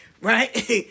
right